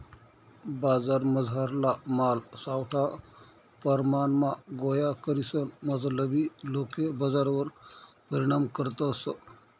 बजारमझारला माल सावठा परमाणमा गोया करीसन मतलबी लोके बजारवर परिणाम करतस